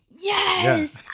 yes